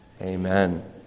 Amen